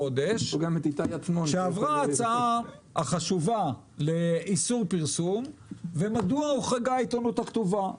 כשעברה ההצעה החשובה לאיסור הפרסום ומדוע הוחרגה העיתונות הכתובה.